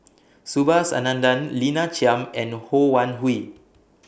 Subhas Anandan Lina Chiam and Ho Wan Hui